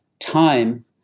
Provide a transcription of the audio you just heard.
time